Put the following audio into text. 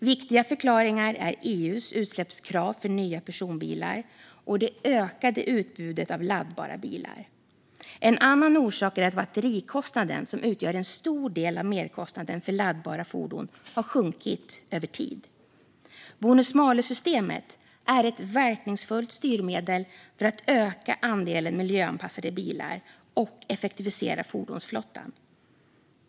Viktiga förklaringar är EU:s utsläppskrav för nya personbilar och det ökade utbudet av laddbara bilar. En annan orsak är att batterikostnaden, som utgör en stor del av merkostnaden för laddbara fordon, har sjunkit över tid. Bonus-malus-systemet är ett verkningsfullt styrmedel för att öka andelen miljöanpassade bilar och effektivisera fordonsflottan.